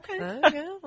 Okay